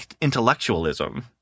intellectualism